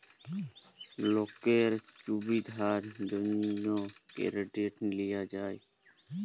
লকের ছুবিধার জ্যনহে কেরডিট লিয়া যায়